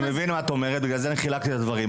אני מבין מה את אומרת, ולכן אני חילקתי את הדברים.